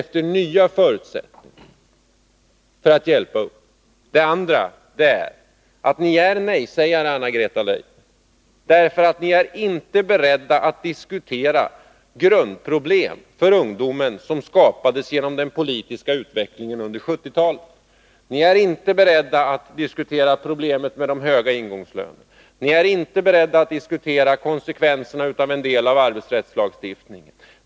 efter nya förutsättningar för att hjälpa ungdomar. Ni är nejsägare, Anna-Greta Leijon, därför att ni inte är beredda att diskutera de grundproblem för ungdomar som skapades genom den politiska utvecklingen under 1970-talet. Ni är inte beredda att diskutera problemen med de höga ingångslönerna eller konsekvenserna med en del av arbetsrättslagstiftningen.